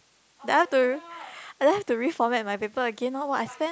did I told you and then I have to reformat my paper again loh !wah! I spent